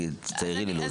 ואילך,